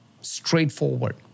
straightforward